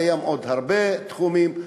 קיימים עוד הרבה תחומים,